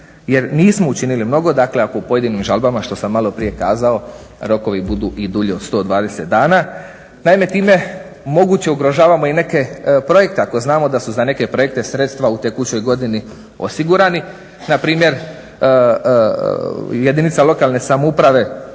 jer nismo učinili mnogo dakle ako u pojedinim žalbama što sam maloprije kazao rokovi budu i dulje od 120 dana. Naime, time moguće ugrožavamo i neke projekte ako znamo da su za neke projekte sredstva u tekućoj godini osigurana. Na primjer jedinica lokalne samouprave